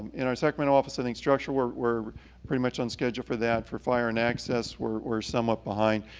in our sacramento office, i think structural we're pretty much on schedule for that, for fire and access, we're somewhat behind.